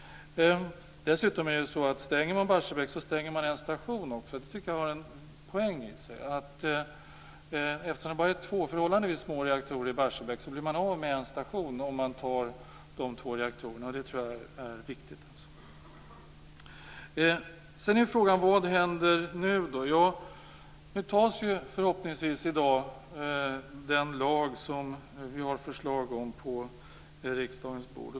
Dessutom är det så att om man stänger Barsebäck så stänger man en station. Det tycker jag har en poäng. Eftersom det bara är två förhållandevis små reaktorer i Barsebäck så blir man av med en station om man stänger dessa båda reaktorer, vilket jag tror är viktigt. Sedan är frågan vad som nu händer. I dag fattas förhoppningsvis beslut om den lag som det ligger förslag om på riksdagens bord.